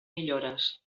millores